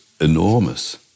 enormous